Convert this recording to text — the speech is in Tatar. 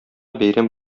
бәйрәм